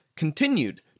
Continued